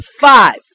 Five